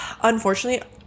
unfortunately